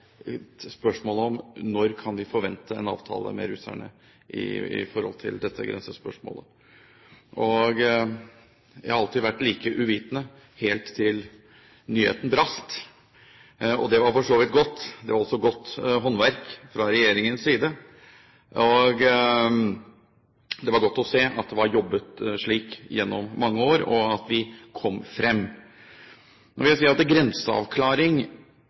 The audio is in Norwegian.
Når kan vi forvente en avtale med russerne? Jeg har alltid vært like uvitende, helt til nyheten brast. Det var for så vidt godt. Det var også godt håndverk fra regjeringens side. Det var godt å se at det var jobbet gjennom mange år, og at vi kom frem. Nå vil jeg si at